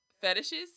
fetishes